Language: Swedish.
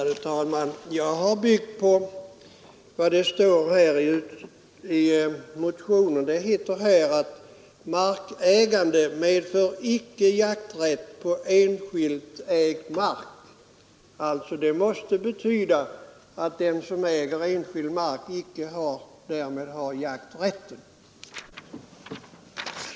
Fru talman! Jag har byggt på det som står i motionen: ”Markägande medför icke jakträtt på enskilt ——— ägd mark.” Det måste betyda att den som äger enskild mark därmed icke har jakträtten.